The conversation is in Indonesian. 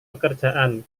pekerjaan